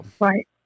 Right